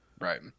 Right